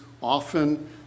often